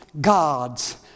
God's